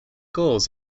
goals